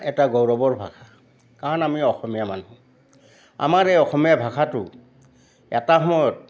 এটা গৌৰৱৰ ভাষা কাৰণ আমি অসমীয়া মানুহ আমাৰ এই অসমীয়া ভাষাটো এটা সময়ত